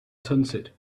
sunset